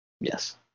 Yes